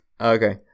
okay